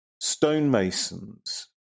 stonemasons